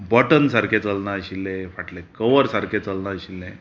button सारके चलनाशिल्ले फाटलें कवर सारकें चलनाशिल्लें